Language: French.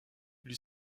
lui